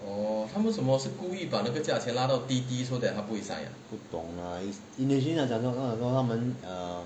不懂 lah initially 她讲说她讲说他们 err